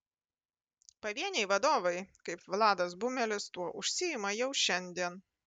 pavieniai vadovai kaip vladas bumelis tuo užsiima jau šiandien